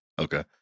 okay